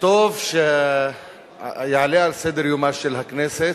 טוב שיעלה על סדר-יומה של הכנסת,